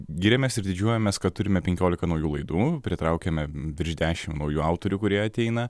giriamės ir didžiuojamės kad turime penkiolika naujų laidų pritraukėme virš dešim naujų autorių kurie ateina